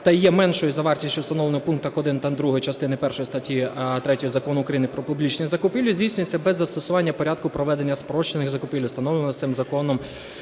та є меншою за вартість, що встановлена в пунктах 1 та 2 частини першої статті 3 Закону України "Про публічні закупівлі", здійснюється без застосування порядку проведення спрощених закупівель,